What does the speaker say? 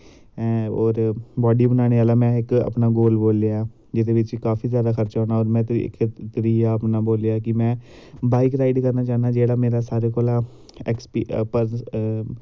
होर बॉड्डी बनाने आह्ला मैं इक गोल बोल्लेआ ऐ जेह्दे बिच्च काफी जादा खर्चा होना और में ते इत्थें त्रीआ अपना बोल्लेआ कि में बॉईक राईड़ करना चाह्न्नां जेह्ड़ा मेरा सारें कोला